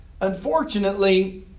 Unfortunately